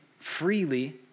freely